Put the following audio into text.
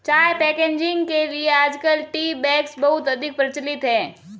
चाय पैकेजिंग के लिए आजकल टी बैग्स बहुत अधिक प्रचलित है